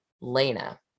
Lena